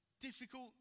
difficult